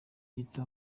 gito